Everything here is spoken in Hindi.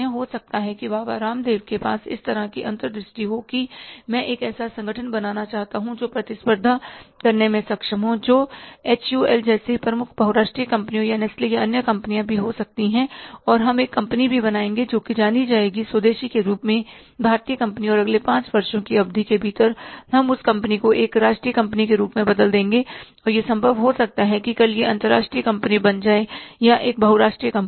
हो सकता है कि बाबा रामदेव के पास इस तरह की अंतर्दृष्टि हो कि मैं एक ऐसा संगठन बनाना चाहता हूं जो प्रतिस्पर्धा करने में सक्षम हो जो कि एचयूएल जैसी प्रमुख बहुराष्ट्रीय कंपनियां या नेस्ले या अन्य कंपनियां भी हो सकती हैं और हम एक कंपनी भी बनाएँगे जो जानी जाएगी स्वदेशी के रूप में भारतीय कंपनी और अगले पांच वर्षों की अवधि के भीतर हम उस कंपनी को एक राष्ट्रीय कंपनी के रूप में बदल देंगे और यह संभव हो सकता है कि कल यह अंतर्राष्ट्रीय कंपनी बन जाए या एक बहुराष्ट्रीय कंपनी